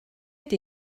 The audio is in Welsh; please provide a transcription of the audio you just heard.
ydy